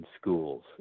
schools